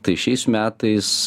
tai šiais metais